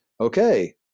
okay